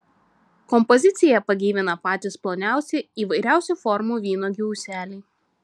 kompoziciją pagyvina patys ploniausi įvairiausių formų vynuogių ūseliai